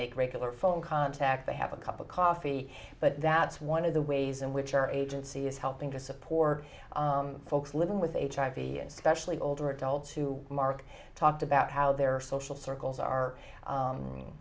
make regular phone contact they have a cup of coffee but that's one of the ways in which our agency is helping to support folks living with hiv and specially older adults who mark talked about how their social circles are